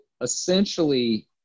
essentially